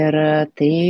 ir tai